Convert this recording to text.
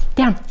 down,